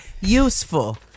Useful